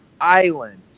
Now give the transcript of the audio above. island